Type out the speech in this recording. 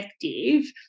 effective